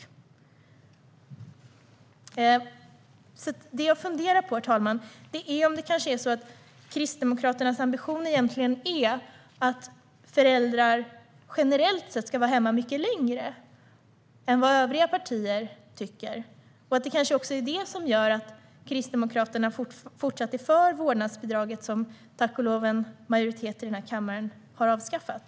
Herr talman! Det jag funderar på är om det kanske är så att Kristdemokraternas ambition egentligen är att föräldrar generellt sett ska vara hemma mycket längre än vad övriga partier tycker. Det kanske också är det som gör att Kristdemokraterna fortsätter att vara för vårdnadsbidraget, som en majoritet i den här kammaren tack och lov har avskaffat.